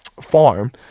farm